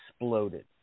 exploded